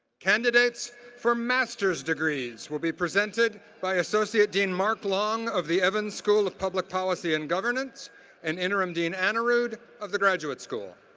candidates for master's degrees will be presented by associate dean mark long of the evans school of public policy and governance and interim dean aanerud of the graduate school.